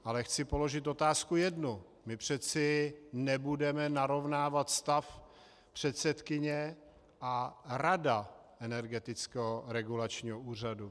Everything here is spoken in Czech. Ale chci položit jednu otázku: My přeci nebudeme narovnávat stav předsedkyně a rady Energetického regulačního úřadu.